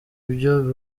byo